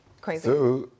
crazy